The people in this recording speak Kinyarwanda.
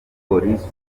polisi